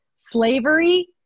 slavery